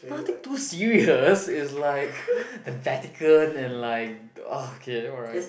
nothing too serious is like the Vatican and like okay alright